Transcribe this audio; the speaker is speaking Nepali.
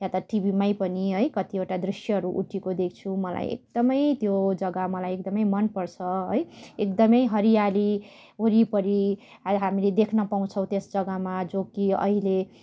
या त टिभीमै पनि है कतिवटा दृश्यहरू उटीको देख्छु मलाई एकदमै त्यो जग्गा मलाई एकदमै मनपर्छ है एकदमै हरियाली वरिपरि हामीले देख्न पाउँछौँ त्यस जग्गामा जो कि अहिले